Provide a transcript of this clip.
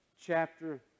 chapter